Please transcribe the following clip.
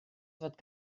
fod